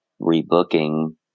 rebooking